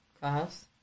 class